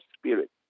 spirit